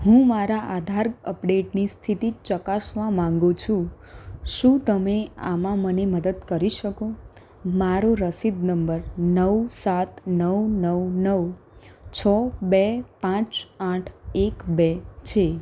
હું મારા આધાર અપડેટની સ્થિતિ ચકાસવા માગું છું શું તમે આમાં મને મદદ કરી શકો મારો રસીદ નંબર નવ સાત નવ નવ નવ છ બે પાંચ આઠ એક બે છે